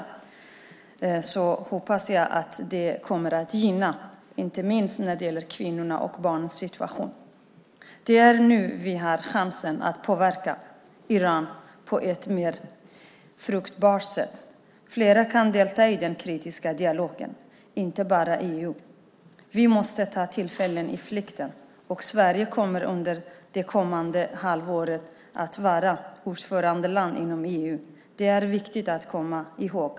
Jag hoppas att det kommer att gynna inte minst kvinnornas och barnens situation. Det är nu vi har chansen att påverka Iran på ett mer fruktbart sätt. Flera kan delta i den kritiska dialogen, inte bara EU. Vi måste ta tillfället i akt. Sverige kommer under det kommande halvåret att vara ordförandeland inom EU. Det är viktigt att komma ihåg.